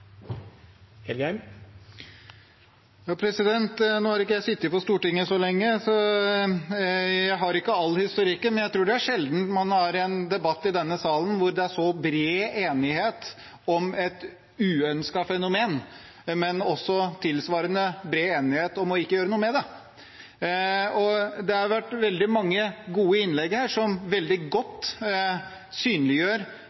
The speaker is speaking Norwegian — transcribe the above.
Nå har ikke jeg sittet på Stortinget så lenge, så jeg har ikke all historikken, men jeg tror det er sjelden man har en debatt i denne salen der det er så bred enighet om et uønsket fenomen, men også tilsvarende bred enighet om ikke å gjøre noe med det. Det har vært veldig mange gode innlegg her som veldig